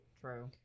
True